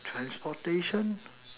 transportation